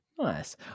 nice